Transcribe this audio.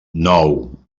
nou